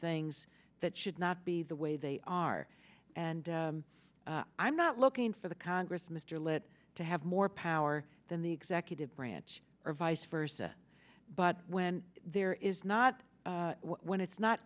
things that should not be the way they are and i'm not looking for the congress mr lit to have more power than the executive branch or vice versa but when there is not when it's not